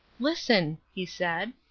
listen, he said.